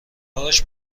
هاش